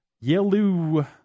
Yellow